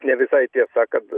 ne visai tiesa kad